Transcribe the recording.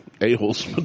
a-holes